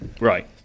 Right